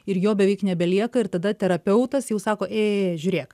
ir jo beveik nebelieka ir tada terapeutas jau sako ė žiūrėk